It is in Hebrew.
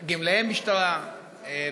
גמלאי משטרה.